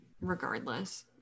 regardless